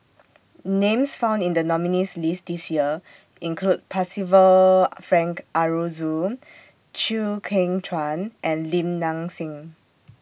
Names found in The nominees' list This Year include Percival Frank Aroozoo Chew Kheng Chuan and Lim Nang Seng